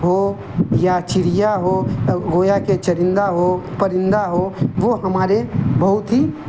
ہو یا چڑیا ہو گویا کے چرندہ ہو پرندہ ہو وہ ہمارے بہت ہی